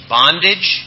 bondage